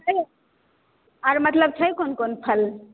छै आर मतलब छै कोन कोन फल